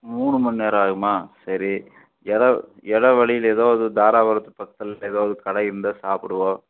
மூணுமண் நேரம் ஆகுமா சரி எதா எதா வழியில் எதோ ஒரு தாராபுரத்து பக்கத்தில் எதாவது கடை இருந்தா சாப்பிடுவோம்